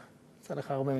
יצא לך הרבה מדי.